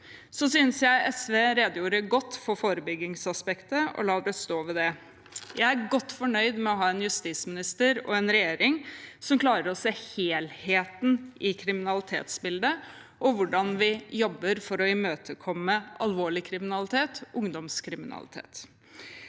Jeg synes SV redegjorde godt for forebyggingsaspektet, og jeg lar det stå med det. Jeg er godt fornøyd med å ha en justisminister og en regjering som klarer å se helheten i kriminalitetsbildet, og med hvordan vi jobber for å imøtegå alvorlig kriminalitet og ungdomskriminalitet.